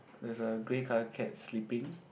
there's a grey colour cat sleeping